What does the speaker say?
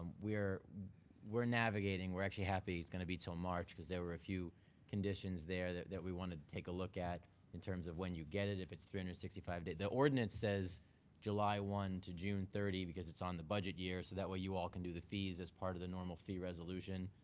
we're we're navigating, we're actually happy it's gonna be til march, cause there were a few conditions there that that we wanted to take a look at in terms of when you get it. if it's three hundred and sixty five days. the ordinance says july one to june thirty, because it's on the budget year. so that way you all can do the fees as part of the normal fee resolution.